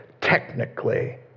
technically